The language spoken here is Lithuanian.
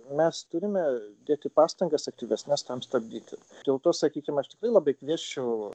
mes turime dėti pastangas aktyvesnes tam stabdyti dėl to sakykim aš tikrai labai kviesčiau